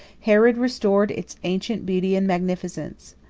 herod restored its ancient beauty and magnificence.